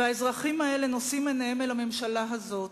האזרחים האלה נושאים עיניהם אל הממשלה הזאת.